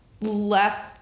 left